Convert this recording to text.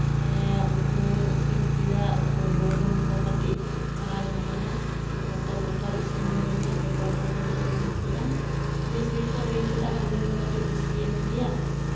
ᱩᱛᱩᱧ ᱤᱥᱤᱱ ᱠᱮᱫᱟ ᱩᱛᱩ ᱵᱩᱞᱩᱝ ᱠᱚ ᱠᱟᱹᱴᱤᱡ ᱠᱷᱟᱨᱟ ᱧᱚᱜ ᱮᱱᱟ ᱵᱚᱛᱚᱨ ᱵᱚᱛᱚᱨ ᱤᱥᱤᱱ ᱦᱩᱭᱱᱟ ᱡᱷᱚᱛᱚ ᱦᱚᱲ ᱜᱮᱞᱮ ᱡᱚᱢ ᱠᱮᱫᱟ ᱵᱮᱥ ᱜᱮᱠᱚ ᱞᱟᱹᱭ ᱠᱮᱫᱟ ᱵᱩᱞᱩᱝ ᱫᱚ ᱠᱟᱹᱴᱤᱡ ᱵᱮᱥᱤᱭᱮᱱ ᱜᱮᱭᱟ